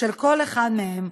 של כל אחד מהם,